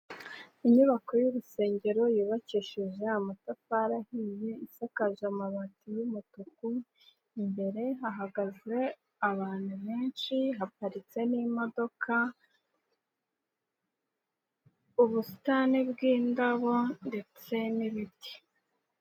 Inyubako y'urusengero yubakishije amatafari ahiye isakaje amabati y'umutuku, imbere hahagaze abantu benshi, haparitse n'imodoka, ubusitani bw'indabo ndetse n'ibiti.